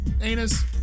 Anus